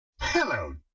Hello